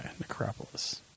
Necropolis